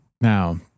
Now